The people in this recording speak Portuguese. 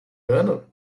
ano